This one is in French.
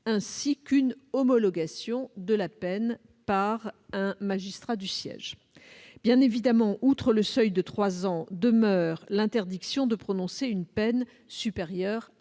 ainsi qu'une homologation de la peine par un magistrat du siège. Bien évidemment, outre le seuil de trois ans demeure l'interdiction de prononcer une peine supérieure